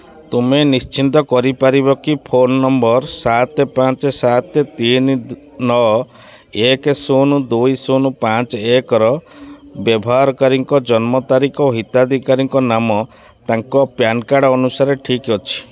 ତୁମେ ନିଶ୍ଚିତ କରିପାରିବ କି ଫୋନ୍ ନମ୍ବର ସାତ ପାଞ୍ଚ ସାତ ତିନି ନଅ ଏକ ଶୂନ ଦୁଇ ଶୂନ ପାଞ୍ଚ ଏକର ବ୍ୟବହାରକାରୀଙ୍କ ଜନ୍ମ ତାରିଖ ଓ ହିତାଧିକାରୀଙ୍କ ନାମ ତାଙ୍କ ପ୍ୟାନ୍ କାର୍ଡ଼୍ ଅନୁସାରେ ଠିକ୍ ଅଛି